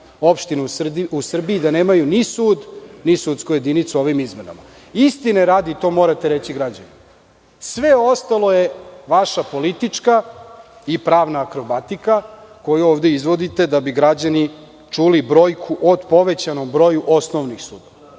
opština u Srbiji da nemaju ni sud ni sudsku jedinicu ovim izmenama. Istine radi, to morate reći građanima, sve ostalo je vaša politička i pravna akrobatika koju ovde izvodite da bi građani čuli brojku o povećanom broju osnovnih sudova.